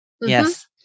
Yes